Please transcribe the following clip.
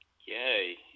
Yay